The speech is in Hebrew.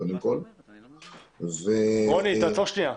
תעצור לרגע.